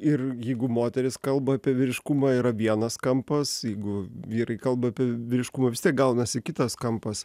ir jeigu moteris kalba apie vyriškumą yra vienas kampas jeigu vyrai kalba apie vyriškumą vis tiek gaunasi kitas kampas